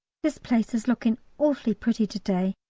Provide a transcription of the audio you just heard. this place is looking awfully pretty to-day,